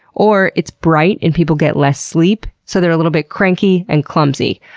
or, it's bright and people get less sleep, so they're a little bit cranky and clumsy.